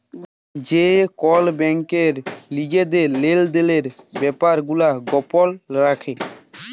যে কল ব্যাংক লিজের লেলদেলের ব্যাপার গুলা গপল রাখে